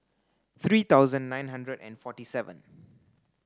three thousand nine hundred and forty seven